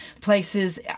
places